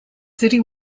city